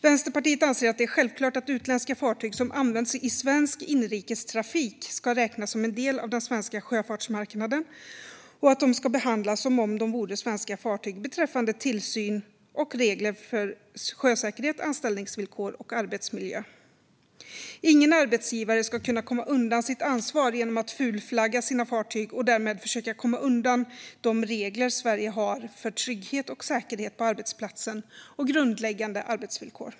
Vänsterpartiet anser att det är självklart att utländska fartyg som används i svensk inrikestrafik ska räknas som en del av den svenska sjöfartsmarknaden och att de ska behandlas som om de vore svenska fartyg beträffande tillsyn och regler för sjösäkerhet, anställningsvillkor och arbetsmiljö. Ingen arbetsgivare ska kunna komma undan sitt ansvar genom att fulflagga sina fartyg och därmed försöka komma undan de regler Sverige har när det gäller trygghet och säkerhet på arbetsplatsen och grundläggande arbetsvillkor.